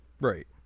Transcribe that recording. Right